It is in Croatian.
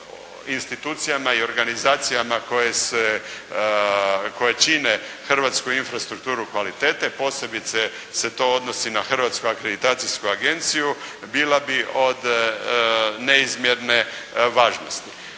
institucijama i organizacijama koje čine hrvatsku infrastrukturu kvalitete, posebice se to odnosi na Hrvatsku akreditacijsku agenciju, bila bi od neizmjerne važnosti.